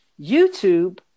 YouTube